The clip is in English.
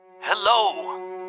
Hello